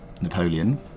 Napoleon